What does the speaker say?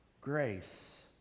grace